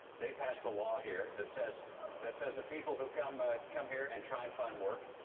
they passed a law here that says that says that people who come ah come here and try and find work,